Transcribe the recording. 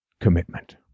commitment